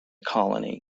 colony